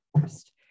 first